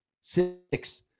six